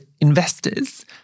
investors